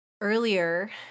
earlier